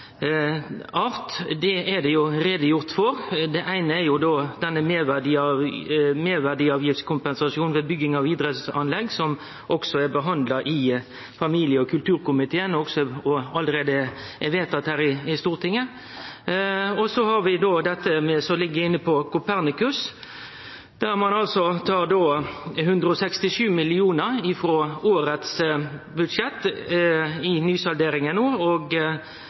er det gjort greie for. Det eine er meirverdiavgiftskompensasjonen ved bygging av idrettsanlegg, som er behandla også i familie- og kulturkomiteen og alt vedtatt her i Stortinget. Så har vi dette som ligg inne om Copernicus, der ein tar 167 mill. kr frå årets budsjett i nysalderinga og